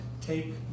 take